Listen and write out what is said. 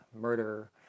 murder